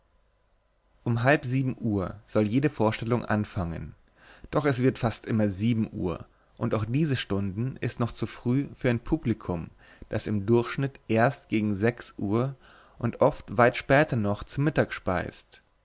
um halb sieben uhr soll jede vorstellung anfangen doch wird es fast immer sieben uhr und auch diese stunden ist noch zu früh für ein publikum das im durchschnitt erst gegen sechs uhr und oft weit später noch zu mittag speist